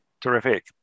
Terrific